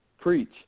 Preach